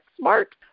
smart